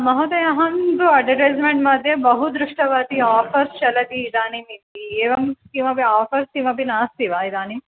महोदया अहं तु अडटैस्मेन्ट् मध्ये बहु दृष्टवती आफ़र्स् चलति इदानीमिति एवं किमपि आफ़र्स् किमपि नास्ति वा इदानीं